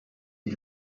die